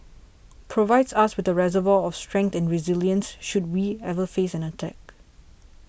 provides us with a reservoir of strength and resilience should we ever face an attack